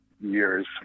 years